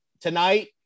tonight